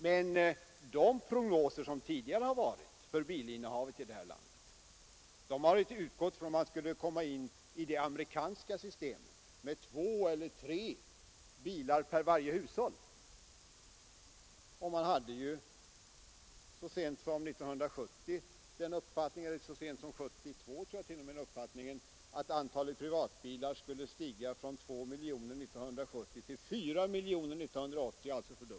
Men de prognoser som tidigare gjorts över bilinnehavet i det här landet har utgått från att man skulle komma in i det amerikanska systemet, med två eller tre bilar per hushåll. Man hade så sent som 1970 den uppfattningen — så sent som 1972 t.o.m., tror jag — att antalet privatbilar skulle stiga från 2 miljoner år 1970 till 4 miljoner år 1980 och alltså fördubblas.